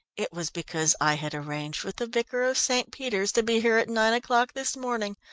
it was because i had arranged with the vicar of st. peter's to be here at nine o'clock this morning,